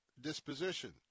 disposition